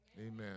Amen